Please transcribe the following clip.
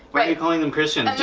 why are you calling them christian.